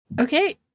Okay